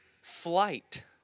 flight